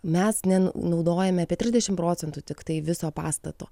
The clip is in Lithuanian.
mes nenaudojame apie trisdešimt procentų tiktai viso pastato